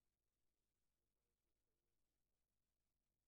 אנחנו אמורים לדון בהצעת חוק של עבודת